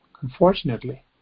unfortunately